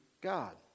God